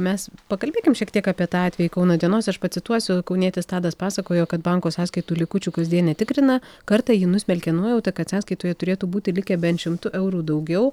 mes pakalbėkim šiek tiek apie tą atvejį kauno dienos aš pacituosiu kaunietis tadas pasakojo kad banko sąskaitų likučių kasdien netikrina kartą jį nusmelkė nuojauta kad sąskaitoje turėtų būti likę bent šimtu eurų daugiau